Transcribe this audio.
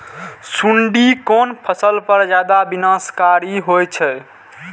सुंडी कोन फसल पर ज्यादा विनाशकारी होई छै?